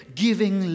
giving